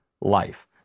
life